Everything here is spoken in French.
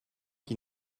qui